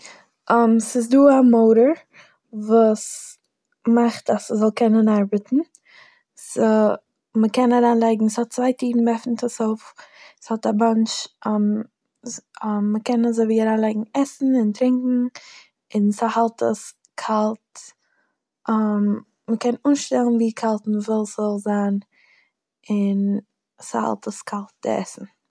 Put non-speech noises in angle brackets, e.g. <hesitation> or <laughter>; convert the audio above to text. ס'איז דא א מאטאר וואס מאכט אז ס'זאל קענען ארבעטן, ס'- מ'קען אריינלייגן ס'האט צוויי טירן מ'עפנט עס אויף ס'האט א באנטש <hesitation> מ'קען אזוי ווי אריינלייגן עסן און טרונקן און ס'האלט עס קאלט, <hesitation> מ'קען אנשטעלן ווי קאלט מ'וויל ס'זאל זיין, און ס'האלט עס קאלט די עסן.